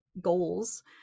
goals